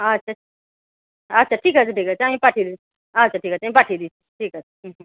আচ্ছা আচ্ছা ঠিক আছে ঠিক আছে আমি পাঠিয়ে দিই আচ্ছা ঠিক আছে আমি পাঠিয়ে দিচ্ছি ঠিক আছে হুম হুম